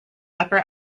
upper